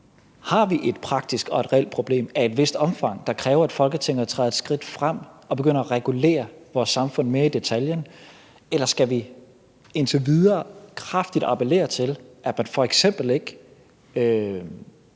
Har vi et praktisk og et reelt problem af et vist omfang, der kræver, at Folketinget træder et skridt frem og begynder at regulere vores samfund mere i detaljen? Eller skal vi indtil videre kraftigt appellere til, at man f.eks. ikke